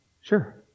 Sure